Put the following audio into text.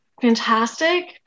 fantastic